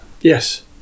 yes